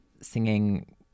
singing